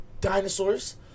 dinosaurs